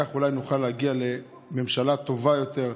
כך אולי נוכל להגיע לממשלה טובה יותר,